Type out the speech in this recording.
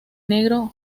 negro